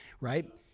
right